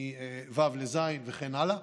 מו' לז' וכן הלאה,